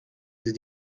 sie